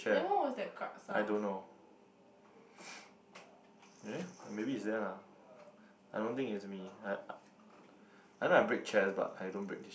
then what was the sound